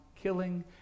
killing